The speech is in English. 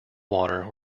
water